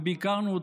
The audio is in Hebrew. ביקרנו אותן,